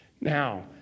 Now